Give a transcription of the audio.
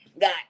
got